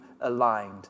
aligned